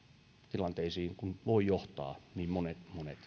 tilanteisiin kun voivat johtaa niin monet monet syyt